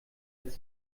als